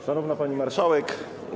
Szanowna Pani Marszałek!